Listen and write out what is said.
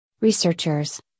researchers